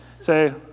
Say